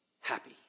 happy